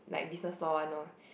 like business law one lor